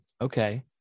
okay